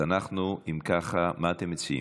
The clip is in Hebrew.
אם ככה, מה אתם מציעים?